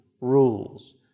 rules